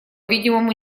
видимому